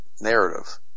narrative